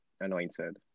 Anointed